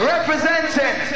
Representing